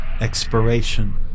expiration